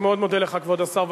אני מאוד מודה לך, כבוד השר.